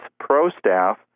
ProStaff